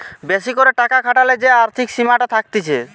বেশি করে টাকা খাটালে যে আর্থিক সীমাটা থাকতিছে